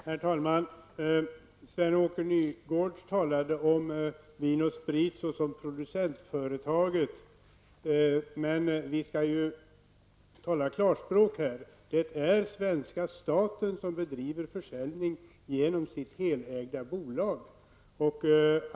Herr talman! Sven-Åke Nygårds talade om Vin & Sprit AB som ett producentföretag. Men i klarspråk är det svenska staten som bedriver försäljning genom sitt helägda bolag.